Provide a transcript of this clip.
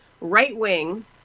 right-wing